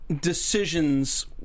decisions